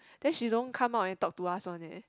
then she don't come out and talk to us one eh